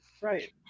right